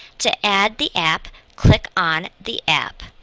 to add the app, click on the app.